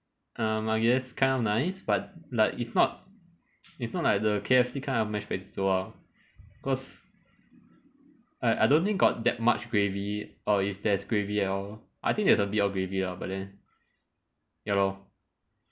um I guess kind of nice but like it's not it's not like the K_F_C kind of mashed potato ah cause I I don't think got that much gravy or if there's gravy at all I think there's a bit of gravy ah but then ya lor